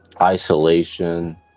Isolation